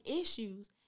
issues